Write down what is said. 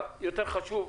יותר חשוב,